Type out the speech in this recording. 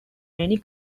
many